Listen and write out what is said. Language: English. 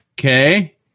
Okay